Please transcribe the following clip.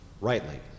rightly